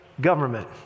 government